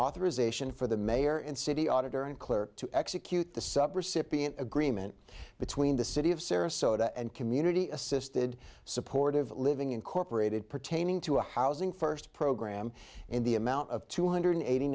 authorization for the mayor and city auditor and clerk to execute the sub recipient agreement between the city of sarasota and community assisted support living incorporated pertaining to a housing first program in the amount of two hundred eighty